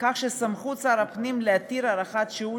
כך שסמכות שר הפנים להתיר הארכת שהות